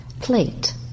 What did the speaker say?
plate